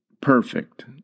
perfect